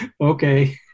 okay